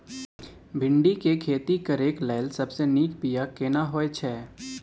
भिंडी के खेती करेक लैल सबसे नीक बिया केना होय छै?